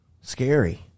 scary